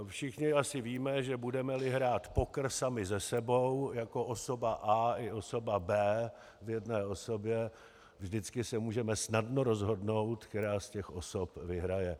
Všichni asi víme, že budemeli hrát poker sami se sebou jako osoba A i osoba B v jedné osobě, vždycky se můžeme snadno rozhodnout, která z těch osob vyhraje.